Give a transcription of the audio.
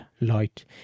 light